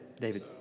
David